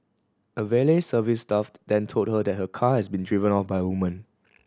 a valet service staffed then told her that her car has been driven off by woman